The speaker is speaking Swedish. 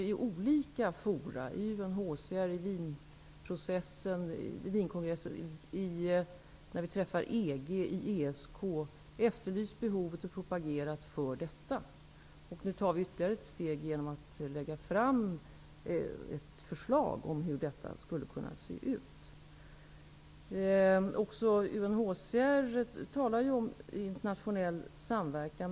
Vi har i olika forum -- när vi träffas i UNHCR, Wienkongressen, EG och ESK -- efterlyst behovet av och propagerat för detta. Nu tar vi ytterligare ett steg genom att vi lägger fram ett förslag om hur detta skulle kunna se ut. Också UNHCR talar ju om internationell samverkan.